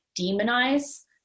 demonize